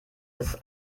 des